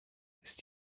ist